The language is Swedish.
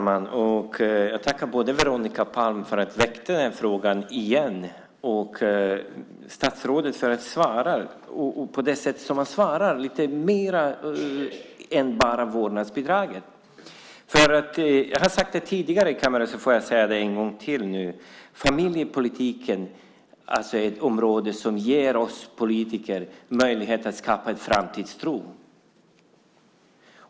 Fru talman! Jag tackar både Veronica Palm för att hon har väckt den här frågan igen och statsrådet för att han svarar, och på det sätt han svarar, med lite mer än bara vårdnadsbidraget. Jag har sagt det tidigare i kammaren, och får säga det en gång till nu, att familjepolitiken är ett område som ger oss politiker möjlighet att skapa framtidstro.